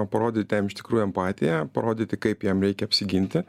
parodyti jam iš tikrųjų empatiją parodyti kaip jam reikia apsiginti